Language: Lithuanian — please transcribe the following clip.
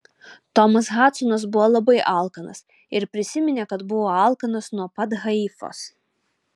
tomas hadsonas buvo labai alkanas ir prisiminė kad buvo alkanas nuo pat haifos